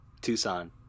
tucson